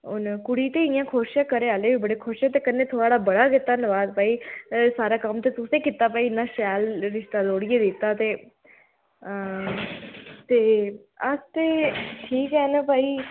हून कुड़ी ते इ'यां खुश ऐ घरैआह्ले बी बड़े खुश ते कन्नै थुहाड़ा बड़ा गै धन्नबाद भाई सारा कम्म ते तुसें कीता भाई इन्ना शैल रिश्ता जोड़ियै दित्ता ते अस ते ठीक ऐ न भाई